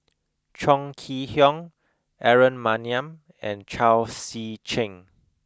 Chong Kee Hiong Aaron Maniam and Chao Tzee Cheng